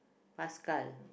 pascal